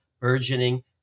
burgeoning